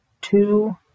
two